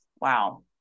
wow